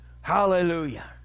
Hallelujah